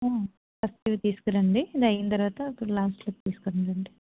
first ఇవి తీసుకురండి ఇది అయిన తర్వాత అప్పుడు లాస్ట్లో అది తీసుకునిరండి